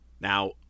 Now